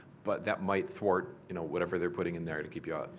but that might thwart you know whatever they're putting in there, to keep you out.